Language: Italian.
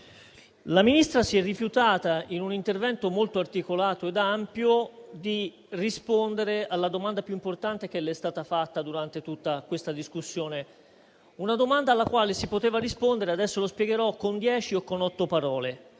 La Ministra si è rifiutata, in un intervento molto articolato ed ampio, di rispondere alla domanda più importante che le è stata fatta durante tutta questa discussione; una domanda alla quale si poteva rispondere - adesso lo spiegherò - con dieci o con sette parole.